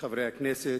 חברי הכנסת,